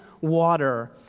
water